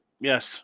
Yes